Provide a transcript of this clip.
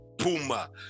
Puma